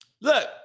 Look